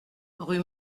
rue